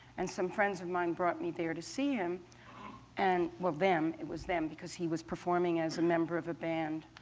and some friends of mine brought me there to see him and well, them, it was them, because he was performing as a member of a band.